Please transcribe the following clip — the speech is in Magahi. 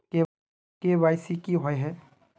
के.वाई.सी की हिये है?